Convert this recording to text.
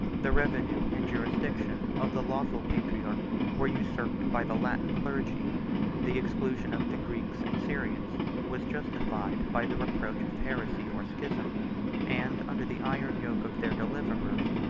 the revenue and jurisdiction of the lawful patriarch were usurped by the latin clergy the exclusion of the greeks and syrians was justified by the reproach of heresy or schism and, under the iron yoke of their deliverers,